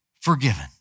forgiven